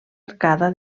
arcada